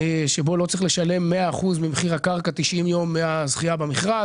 שבו לא צריך לשלם 100% ממחיר הקרקע 90 יום מהזכייה במכרז.